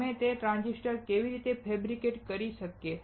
અમે તે ટ્રાંઝિસ્ટરને કેવી રીતે ફૅબ્રિકેટ કરી શકીએ